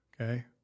Okay